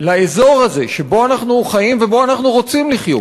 לאזור הזה שבו אנחנו חיים ובו אנחנו רוצים לחיות,